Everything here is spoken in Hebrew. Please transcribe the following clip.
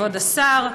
כבוד השר,